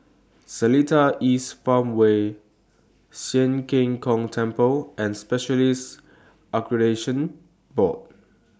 Seletar East Farmway Sian Keng Tong Temple and Specialists Accreditation Board